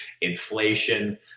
inflation